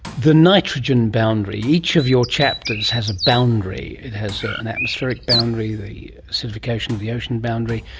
the nitrogen boundary, each of your chapters has a boundary, it has an atmospheric boundary, the acidification of the ocean boundary,